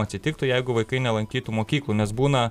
atsitiktų jeigu vaikai nelankytų mokyklų nes būna